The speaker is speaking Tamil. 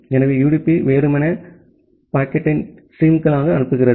எனவே யுடிபி வெறுமனே பாக்கெட்டை நீரோடைகளுக்கு அனுப்புகிறது